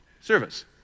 service